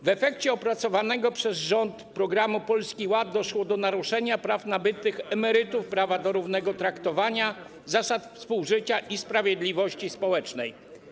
W efekcie opracowanego przez rząd programu Polski Ład doszło do naruszenia praw nabytych emerytów, prawa do równego traktowania, zasad współżycia i sprawiedliwości społecznej.